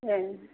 ए